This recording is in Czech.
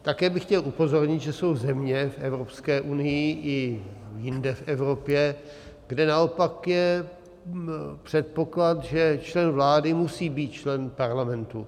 Také bych chtěl upozornit, že jsou země v Evropské unii i jinde v Evropě, kde naopak je předpoklad, že člen vlády musí být člen parlamentu.